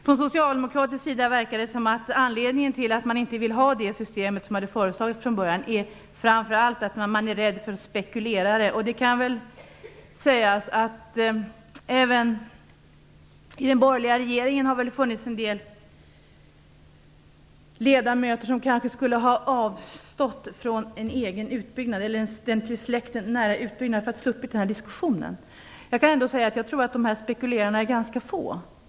Från socialdemokratisk sida verkar det som om anledningen till att man inte vill ha det system som föreslogs från början framför allt är att man är rädd för spekulerare. Även i den borgerliga regeringen har det nog funnits en del ledamöter som kanske skulle ha avstått från en egen utbyggnad eller en utbyggnad hos någon i den nära släkten för att slippa den här diskussionen. Jag tror ändock att de här spekulerarna är ganska få.